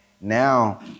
now